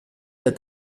der